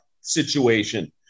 situation